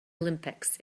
olympics